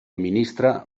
ministre